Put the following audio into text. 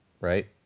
right